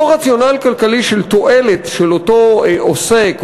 אותו רציונל כלכלי של תועלת של אותו עוסק,